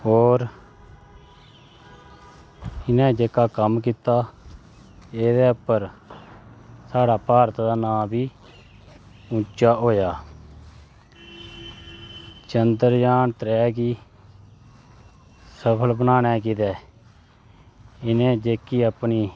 होर इनें जेह्का कम्म कीता ते एह्दे उप्पर साढ़ा भारत दा नांऽ बी उच्चा होया चंद्रयान त्रैऽ गी सफल बनाने गितै इनें जेह्की अपनी